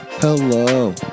Hello